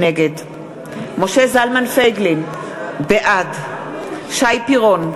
נגד משה זלמן פייגלין, בעד שי פירון,